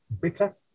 bitter